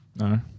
No